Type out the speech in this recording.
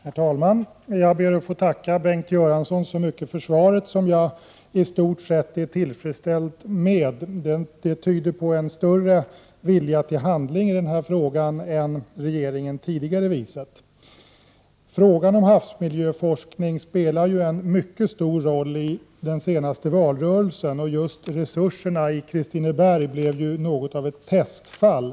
Herr talman! Jag ber att få tacka Bengt Göransson för svaret. Jag är i stort sett tillfredsställd med det. Det tyder på att det finns en större vilja till handling i denna fråga än vad regeringen tidigare visat. Havsmiljöforskningen var en mycket stor fråga i den senaste valrörelsen, och frågan om resurserna till Kristinebergs marinbiologiska station blev något av ett testfall.